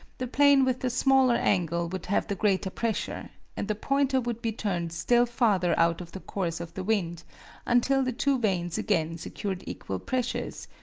the plane with the smaller angle would have the greater pressure, and the pointer would be turned still farther out of the course of the wind until the two vanes again secured equal pressures,